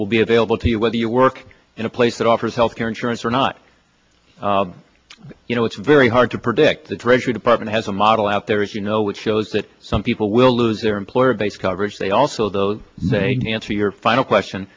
will be available to you whether you work in a place that offers health care insurance or not you know it's very hard to predict the treasury department has a model out there as you know which shows that some people will lose their employer based coverage they also the nany answer your final question